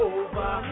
over